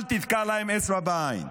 אל תתקע להם אצבע בעין.